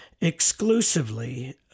exclusively